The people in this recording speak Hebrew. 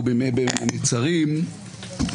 אנחנו בדיון בעניין הצעת חוק-יסוד: